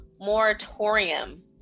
moratorium